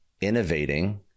innovating